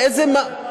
מטרה?